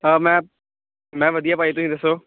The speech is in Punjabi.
ਹਾਂ ਮੈਂ ਮੈਂ ਵਧੀਆ ਭਾਅ ਜੀ ਤੁਸੀਂ ਦੱਸੋ